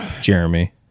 Jeremy